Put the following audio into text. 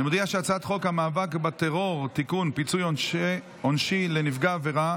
אני מודיע שהצעת חוק המאבק בטרור (פיצוי עונשי לנפגעי עבירה),